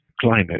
climate